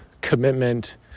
commitment